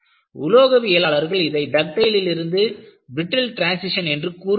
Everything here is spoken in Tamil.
உலோகவியலாளர்கள் இதை டக்டைல் லிருந்து பிரிட்டில் டிரான்சிஷன் என்று கூறுகிறார்கள்